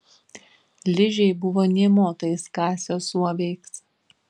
ližei buvo nė motais ką sesuo veiks